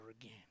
again